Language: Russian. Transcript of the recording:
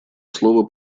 слово